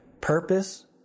Purpose